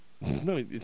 No